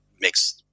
makes